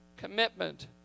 commitment